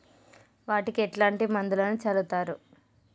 వాటికి ఎట్లాంటి మందులను చల్లుతరు?